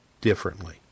differently